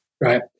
right